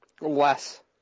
Less